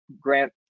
grant